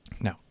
no